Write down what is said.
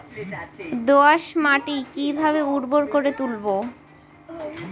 দোয়াস মাটি কিভাবে উর্বর করে তুলবো?